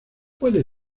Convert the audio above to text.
puede